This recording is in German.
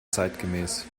zeitgemäß